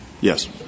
Yes